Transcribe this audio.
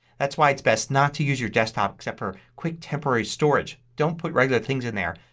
that's why it's best not to use your desktop except for quick temporary storage. don't put regular things in there.